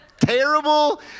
terrible